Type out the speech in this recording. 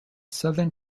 southern